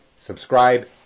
Subscribe